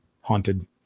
haunted